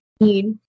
need